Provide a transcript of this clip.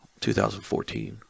2014